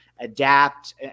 adapt